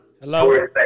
Hello